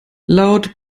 laut